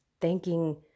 thanking